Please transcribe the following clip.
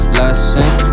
lessons